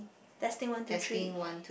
testing one two three